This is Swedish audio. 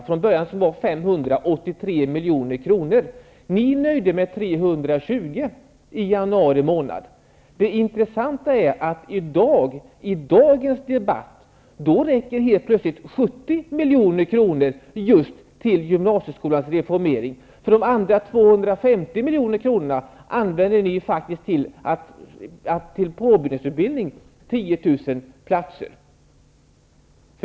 Från början var det fråga om 583 milj.kr. Ni nöjde er i januari månad med 320 milj.kr. Det intressanta är att i dagens debatt räcker helt plötsligt 70 milj.kr. till just gymnasieskolans reformering. De andra 250 miljonerna vill ni använda till 10 000 platser inom påbyggnadsutbildningen.